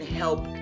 help